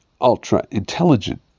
ultra-intelligent